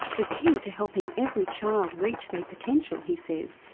the key to helping every child reach their potential, he says,